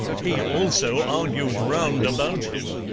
he also argued round about him.